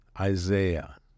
Isaiah